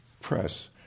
Press